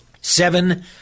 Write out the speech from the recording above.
seven